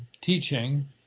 teaching